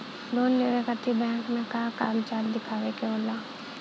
Loan लेवे खातिर bank मे का कागजात दिखावे के होला?